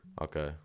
Okay